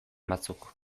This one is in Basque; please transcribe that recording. batzuk